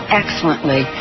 excellently